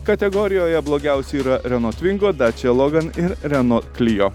kategorijoje blogiausia yra renault svingo dacia logan ir renault klijo